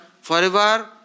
forever